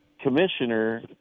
commissioner